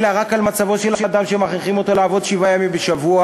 אלא רק על מצבו של אדם שמכריחים אותו לעבוד שבעה ימים בשבוע,